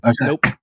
nope